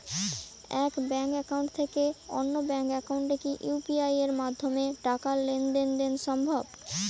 এক bank account থেকে অন্য ব্যাংক একাউন্টে কি ইউ.পি.আই মাধ্যমে টাকার লেনদেন দেন সম্ভব?